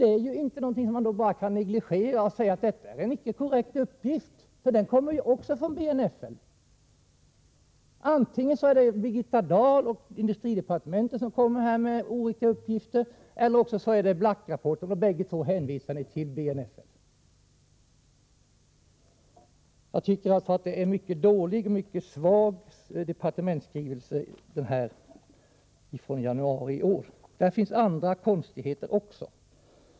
Det är ju inte någonting som man bara kan negligera. Man kan inte bara säga att detta är en icke korrekt uppgift, för den kommer också från BNFL. Antingen är det Birgitta Dahl och industridepartementet som kommer med oriktiga uppgifter eller också är det Black-rapporten — och bägge två hänvisar ni till BNFL. Jag tycker att departementsskrivelsen från januari i år är mycket svag. Där finns andra konstigheter också.